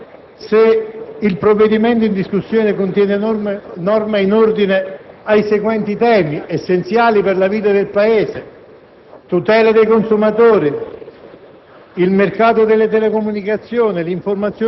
come vi possa essere omogeneità se il provvedimento in discussione contiene norme in ordine ai seguenti temi, pur essenziali per la vita del Paese: tutela dei consumatori,